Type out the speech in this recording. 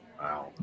Wow